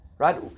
Right